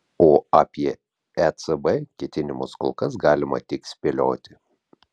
o apie ecb ketinimus kol kas galima tik spėlioti